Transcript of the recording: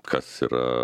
kas yra